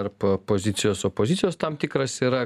tarp pozicijos opozicijos tam tikras yra